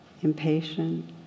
impatient